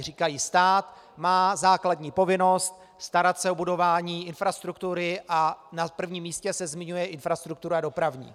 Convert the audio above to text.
Říkají stát má základní povinnost starat se o budování infrastruktury a na prvním místě se zmiňuje infrastruktura dopravní.